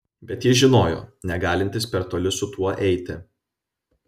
bet jis žinojo negalintis per toli su tuo eiti